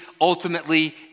ultimately